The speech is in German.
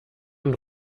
und